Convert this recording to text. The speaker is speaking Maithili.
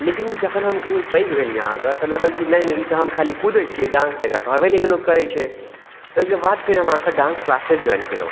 लेकिन जखन हम कनी पैघ भेलियै अहाँके तऽ लगल कि नहि नहि ई तऽ हम खाली कुदै छियै डांस तऽ एकरा कहबे नही लोक करै छै ओहिके बाद फेर हम अहाँके डांस क्लासेज ज्वाइन केलहुॅं